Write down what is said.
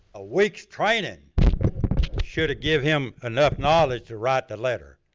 a week's training shoulda give him enough knowledge to write the letter.